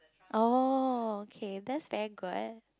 oh okay that's very good